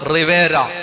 Rivera